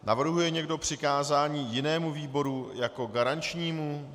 Navrhuje někdo přikázání jinému výboru jako garančnímu?